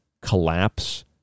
collapse